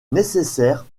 nécessaire